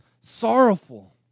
sorrowful